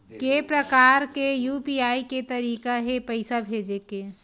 के प्रकार के यू.पी.आई के तरीका हे पईसा भेजे के?